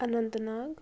Anant Nag